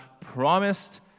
promised